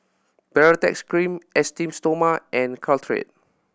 Baritex Cream Esteem Stoma and Caltrate